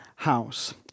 House